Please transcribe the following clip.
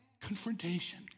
confrontation